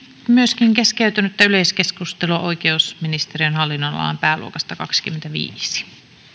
tänään keskeytynyttä yleiskeskustelua oikeusministeriön hallinnonalan pääluokasta kaksikymmentäviisi